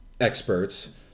experts